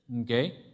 Okay